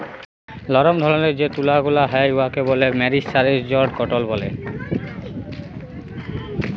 লরম ধরলের যে তুলা গুলা হ্যয় উয়াকে ব্যলে মেরিসারেস্জড কটল ব্যলে